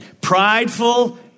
Prideful